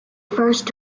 first